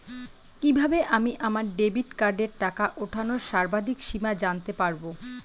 কিভাবে আমি আমার ডেবিট কার্ডের টাকা ওঠানোর সর্বাধিক সীমা জানতে পারব?